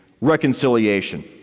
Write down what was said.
reconciliation